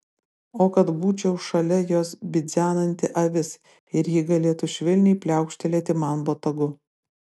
o kad būčiau šalia jos bidzenanti avis ir ji galėtų švelniai pliaukštelėti man botagu